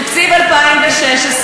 תקציב 2016,